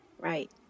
right